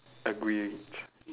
agreed